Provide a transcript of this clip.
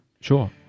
sure